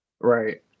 Right